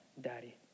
Daddy